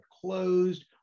closed